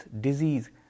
disease